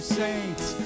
saints